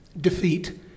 defeat